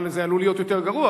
אבל זה עלול להיות יותר גרוע,